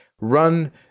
run